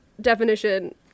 definition